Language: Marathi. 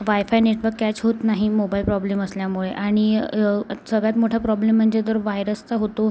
वाय फाय नेटवर्क कॅच होत नाही मोबाईल प्रॉब्लेम असल्यामुळे आणि सगळ्यात मोठा प्रॉब्लेम म्हणजे तर व्हायरसचा होतो